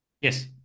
Yes